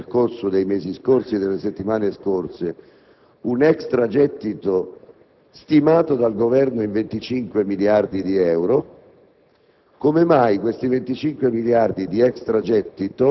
che ha formalmente dichiarato nel corso dei mesi e delle settimane scorse un extragettito stimato in 25 miliardi di euro,